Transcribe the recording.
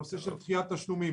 נושא של דחיית תשלומים.